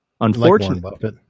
Unfortunately